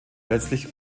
letztlich